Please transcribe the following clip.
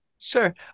Sure